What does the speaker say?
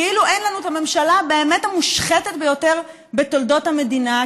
כאילו אין לנו את הממשלה באמת המושחתת ביותר בתולדות המדינה,